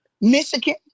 Michigan